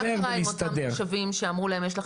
מה קרה עם אותם תושבים שאמרו להם 'יש לך